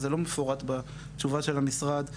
זה לא מפורט בתשובה של המשרד,